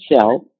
self